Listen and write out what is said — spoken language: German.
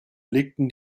legten